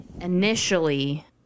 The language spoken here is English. initially